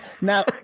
Now